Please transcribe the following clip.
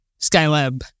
Skylab